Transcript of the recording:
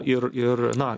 ir ir na